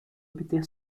obter